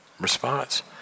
response